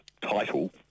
title